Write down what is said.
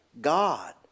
God